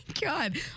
God